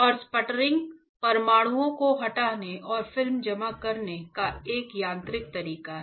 और स्पटरिंग परमाणुओं को हटाने और फिल्म जमा करने का एक यांत्रिक तरीका है